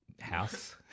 House